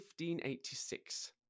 1586